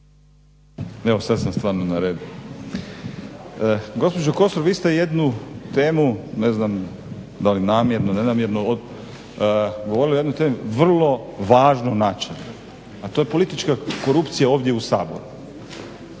laburisti - Stranka rada)** Gospođo Kosor, vi ste jednu temu ne znam da li namjerno, nenamjerno, govorili o jednoj temi vrlo važno … a to je politička korupcija ovdje u Saboru.